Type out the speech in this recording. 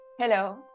Hello